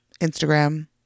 Instagram